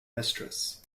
mistress